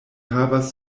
havas